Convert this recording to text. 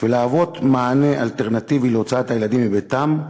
ולשמש מענה אלטרנטיבי להוצאת הילדים מביתם,